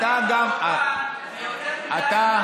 שנייה, תן לי להגיד לך משהו.